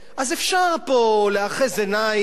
אז אפשר פה לאחז עיניים.